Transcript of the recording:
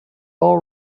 all